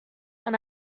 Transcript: and